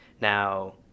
Now